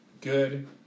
good